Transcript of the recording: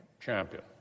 champion